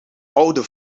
oude